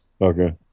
okay